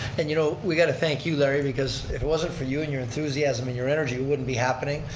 and you know, we got to thank you, larry, because if it wasn't for you and your enthusiasm and your energy, it wouldn't be happening.